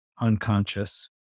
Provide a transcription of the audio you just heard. unconscious